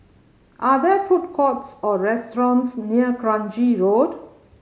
are there food courts or restaurants near Kranji Road